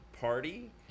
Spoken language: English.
party